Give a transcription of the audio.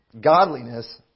Godliness